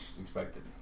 expected